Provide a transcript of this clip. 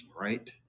Right